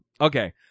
Okay